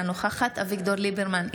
אינה נוכחת אביגדור ליברמן,